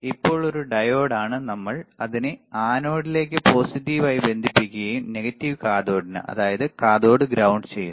ഇപ്പോൾ ഒരു ഡയോഡാണ് നമ്മൾ അതിനെ ആനോഡിലേക്ക് പോസിറ്റീവ് ആയി ബന്ധിപ്പിക്കുകയും നെഗറ്റീവ് കാഥോഡിന് അതായത് കാഥോട് ഗ്രൌണ്ട് ചെയ്യുന്നു